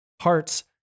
hearts